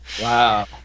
Wow